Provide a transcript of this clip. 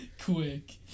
Quick